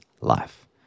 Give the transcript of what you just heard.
life